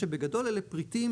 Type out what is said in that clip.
שבגדול אלה פריטים,